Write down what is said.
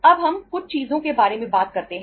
अब हम कुछ चीजों के बारे में बात करते हैं